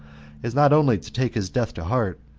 as not only to take his death to heart,